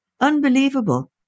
Unbelievable